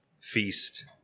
feast